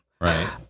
Right